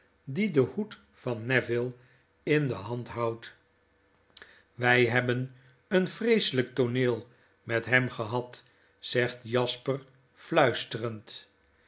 die den hoed van neville in de hand houdt wy hebben een vreeselyk tooneel met hem gehad zegt jasper fluisterend